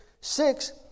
six